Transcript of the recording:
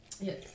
Yes